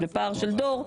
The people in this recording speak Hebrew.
בפער של דור,